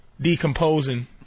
decomposing